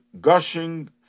gushing